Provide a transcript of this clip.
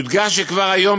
יודגש כי כבר כיום,